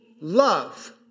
Love